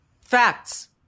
Facts